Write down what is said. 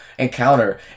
encounter